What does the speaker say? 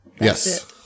Yes